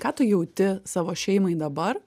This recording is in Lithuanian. ką tu jauti savo šeimai dabar